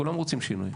כולם רוצים שינוי.